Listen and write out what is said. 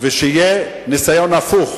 ויהיה ניסיון הפוך,